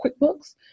QuickBooks